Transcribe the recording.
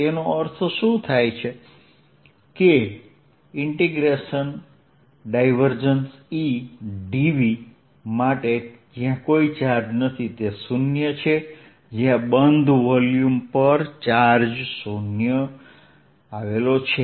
તેનો અર્થ શું છે કે ∫ ∇E dv માટે જ્યાં કોઈ ચાર્જ નથી તે 0 છે જ્યાં બંધ વોલ્યુમ પર ચાર્જ 0 છે